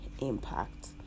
impact